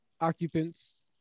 occupants